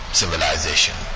civilization